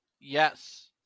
Yes